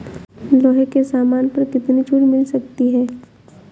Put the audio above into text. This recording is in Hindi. लोहे के सामान पर कितनी छूट मिल सकती है